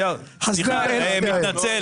אני מתנצל.